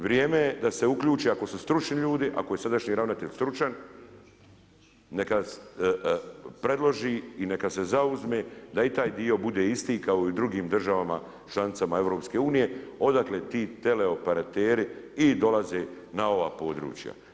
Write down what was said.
Vrijeme da se uključe ako su stručni ljudi, ako je sadašnji ravnatelj stručan, neka predloži i neka se zauzme da i taj dio bude isti kao i u drugim državama članicama EU-a odakle ti teleoperateri i dolaze na ova područja.